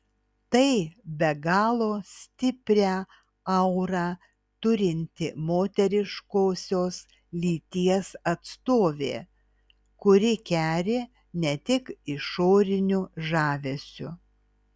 tai be galo stiprią aurą turinti moteriškosios lyties atstovė kuri keri ne tik išoriniu žavesiu